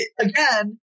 again